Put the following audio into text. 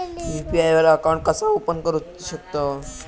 UPI वर account कसा open करू शकतव?